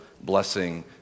blessing